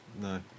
no